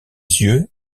yeux